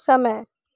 समय